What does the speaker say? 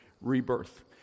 rebirth